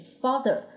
father